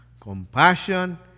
Compassion